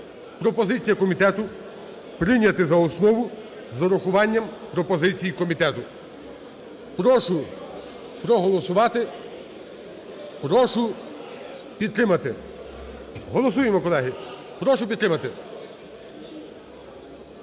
Пропозиція комітету: прийняти за основу з урахуванням пропозицій комітету. Прошу проголосувати, прошу підтримати. Голосуємо, колеги, прошу підтримати.